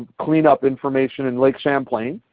cleanup information in lake champlain,